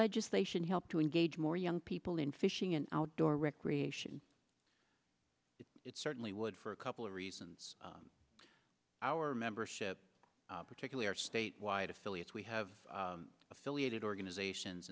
legislation help to engage more young people in fishing and outdoor recreation it certainly would for a couple of reasons our membership particular statewide affiliates we have affiliated organizations